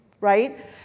right